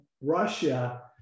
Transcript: Russia